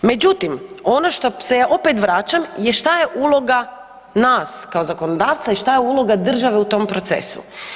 Međutim, ono što se ja opet vraćam je što je uloga nas kao zakonodavca i što je uloga države u tom procesu?